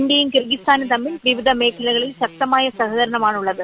ഇന്ത്യയും കിർഗിസ്ഥാനും തമ്മിൽ വിവിധ മേഖലകളിൽ ശക്തമായ സഹകരണമാണുള്ളത്